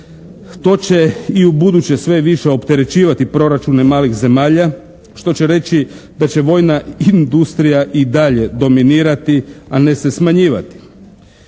To će i u buduće sve više opterećivati proračune malih zemalja, što će reći da će vojna industrija i dalje dominirati, a ne se smanjivati.